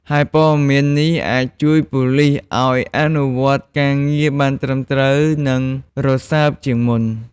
ហើយព័ត៌មាននេះអាចជួយប៉ូលិសឱ្យអនុវត្តការងារបានត្រឹមត្រូវ និងរសើបជាងមុន។